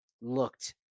looked